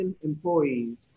employees